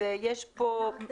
צריך.